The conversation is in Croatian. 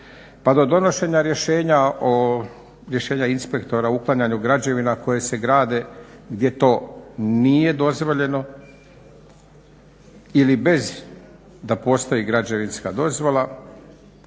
pa do donošenja rješenja inspektora o uklanjanju građevina koje se grade gdje to nije dozvoljeno ili bez da postoji građevinska dozvola